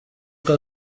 uko